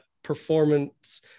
performance